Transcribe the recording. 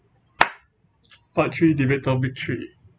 part three debate topic three